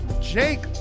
Jake